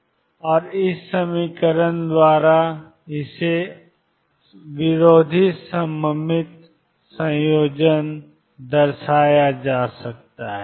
यह e2mE2x है और इसके बीच में एक सममित विरोधी संयोजन है